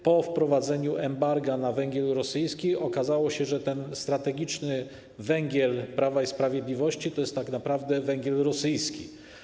Po wprowadzeniu embarga na węgiel rosyjski okazało się, że strategiczny węgiel Prawa i Sprawiedliwości to jest tak naprawdę węgiel rosyjski.